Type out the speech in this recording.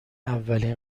اولین